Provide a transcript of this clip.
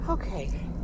Okay